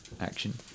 action